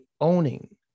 owning